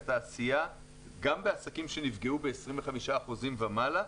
גם בעסקים שנפגעו ב-25% ומעלה,